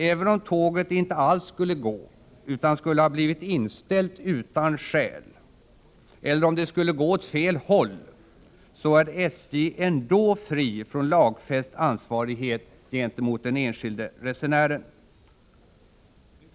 Även om tåget inte alls skulle gå utan skulle ha blivit inställt utan skäl eller om det skulle gå åt fel håll, så är SJ ändå fri från lagfäst ansvarighet gentemot den enskilde resenären.